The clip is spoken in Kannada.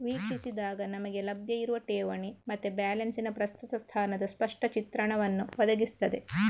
ವೀಕ್ಷಿಸಿದಾಗ ನಮಿಗೆ ಲಭ್ಯ ಇರುವ ಠೇವಣಿ ಮತ್ತೆ ಬ್ಯಾಲೆನ್ಸಿನ ಪ್ರಸ್ತುತ ಸ್ಥಾನದ ಸ್ಪಷ್ಟ ಚಿತ್ರಣವನ್ನ ಒದಗಿಸ್ತದೆ